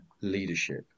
leadership